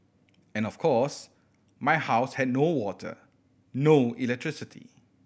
and of course my house had no water no electricity